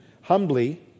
humbly